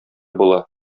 була